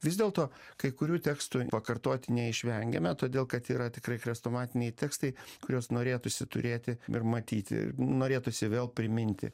vis dėlto kai kurių tekstų pakartoti neišvengiame todėl kad yra tikrai chrestomatiniai tekstai kuriuos norėtųsi turėti ir matyti norėtųsi vėl priminti